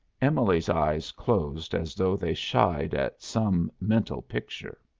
emily's eyes closed as though they shied at some mental picture.